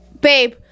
babe